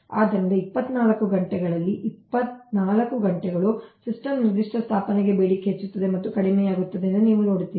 ಆದ್ದರಿಂದ 24 ಘಂಟೆಗಳಲ್ಲಿ 24 ಘಂಟೆಗಳು ಸಿಸ್ಟಮ್ನ ನಿರ್ದಿಷ್ಟ ಸ್ಥಾಪನೆಗೆ ಬೇಡಿಕೆ ಹೆಚ್ಚುತ್ತಿದೆ ಮತ್ತು ಕಡಿಮೆಯಾಗುತ್ತಿದೆ ಎಂದು ನೀವು ನೋಡುತ್ತೀರಿ